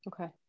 Okay